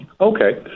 Okay